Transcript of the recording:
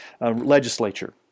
legislature